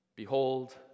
Behold